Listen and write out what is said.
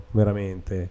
veramente